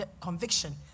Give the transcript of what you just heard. conviction